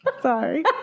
Sorry